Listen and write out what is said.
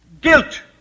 guilt